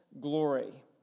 glory